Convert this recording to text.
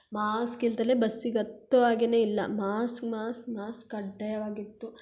mask ಇಲ್ಲದಲೆ ಬಸ್ಸಿಗೆ ಹತ್ತೋ ಹಾಗೇನೆ ಇಲ್ಲ ಮಾಸ್ಕ್ ಮಾಸ್ಕ್ ಮಾಸ್ಕ್ ಕಡ್ಡಾಯವಾಗಿತ್ತು